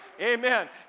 Amen